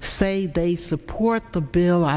say they support the bill